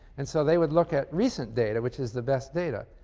and so they would look at recent data, which was the best data,